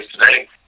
today